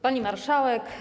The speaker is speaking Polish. Pani Marszałek!